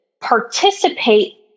participate